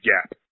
gap